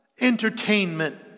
entertainment